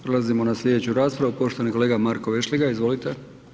Prelazimo na slijedeću raspravu, poštovani kolega Marko Vešligaj, izvolite.